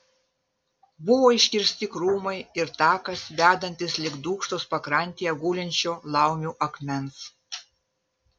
buvo iškirsti krūmai ir takas vedantis link dūkštos pakrantėje gulinčio laumių akmens